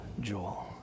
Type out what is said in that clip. Joel